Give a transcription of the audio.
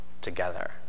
together